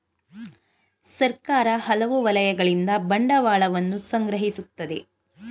ಸರ್ಕಾರ ಹಲವು ವಲಯಗಳಿಂದ ಬಂಡವಾಳವನ್ನು ಸಂಗ್ರಹಿಸುತ್ತದೆ